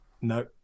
No